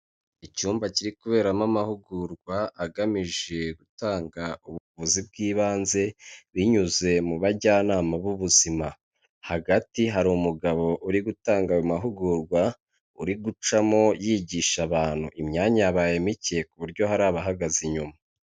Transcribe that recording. Icyumba kiri kuberamo amahugurwa agamije gutanga ubuvuzi bw'ibanze binyuze mu bajyanama b'ubuzima, hagati hari umugabo uri gutanga ayo mahugurwa uri gucamo yigisha abantu, imyanya yabaye mike ku buryo hari abahagaze inyuma.